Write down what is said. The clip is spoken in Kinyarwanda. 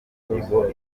imihigo